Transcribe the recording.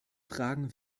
fragen